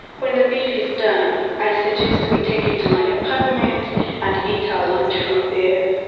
when the beef is done, i suggest we take it to my apartment and eat our lunch from there.